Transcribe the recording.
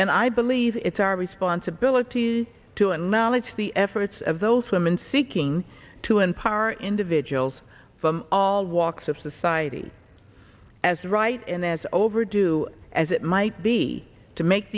and i believe it's our responsibility to and knowledge the efforts of those women seeking to empower individuals from all walks of society as right and as overdue as it might be to make